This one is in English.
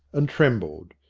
and trembled.